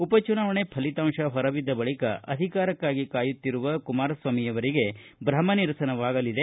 ಉಪ ಚುನಾವಣೆ ಫಲಿತಾಂಶ ಹೊರಬಿದ್ದ ಬಳಿಕ ಅಧಿಕಾರಕ್ಷಾಗಿ ಕಾಯುತ್ತಿರುವ ಕುಮಾರಸ್ವಾಮಿಯವರಿಗೆ ಭ್ರಮ ನಿರಸನವಾಗಲಿದೆ